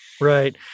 Right